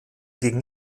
gegen